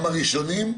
גם הראשונים?